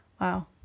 wow